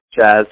jazz